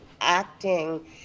acting